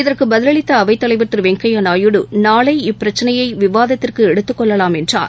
இதற்குபதிலளித்தஅவைத் கலைர் திருவெங்கய்யாநாயுடு நாளை இப்பிரச்சினையைவிவாதத்திற்குஎடுத்துக்கொள்ளலாம் என்றார்